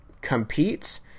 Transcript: competes